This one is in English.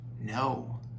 No